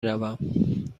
روم